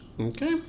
Okay